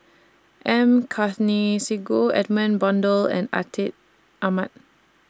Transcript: M Karthigesu Edmund Blundell and Atin Amat